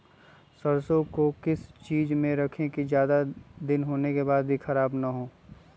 सरसो को किस चीज में रखे की ज्यादा दिन होने के बाद भी ख़राब ना हो?